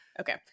Okay